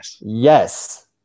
yes